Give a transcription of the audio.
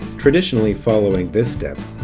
traditionally following this step,